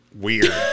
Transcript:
weird